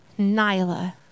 Nyla